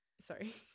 Sorry